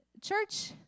church